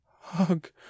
hug